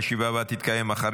הישיבה הבאה תתקיים מחר,